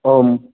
ओम्